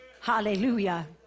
Hallelujah